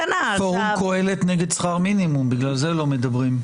פורום קהלת נגד שכר המינימום, בגלל זה לא מדברים.